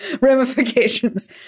ramifications